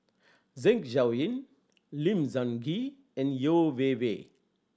Zeng Shouyin Lim Sun Gee and Yeo Wei Wei